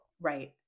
Right